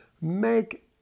make